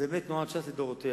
זה באמת תנועת ש"ס לדורותיה,